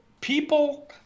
people